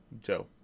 Joe